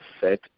set